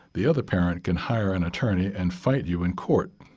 the other parent can hire an attorney and fight you in court,